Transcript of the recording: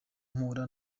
mpura